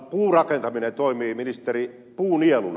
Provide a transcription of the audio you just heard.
puurakentaminen toimii ministeri puunieluna